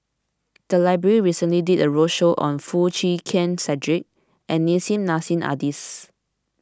the library recently did a roadshow on Foo Chee Keng Cedric and Nissim Nassim Adis